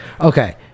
okay